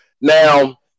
Now